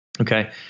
okay